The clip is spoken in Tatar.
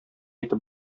итеп